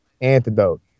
Antidote